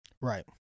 Right